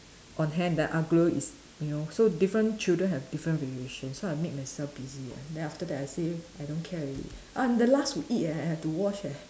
on hand the Aglio is you know so different children have different variation so I make myself busy eh then after that I say I don't care already I'm the last to eat eh I have to wash eh